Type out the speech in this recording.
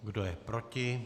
Kdo je proti?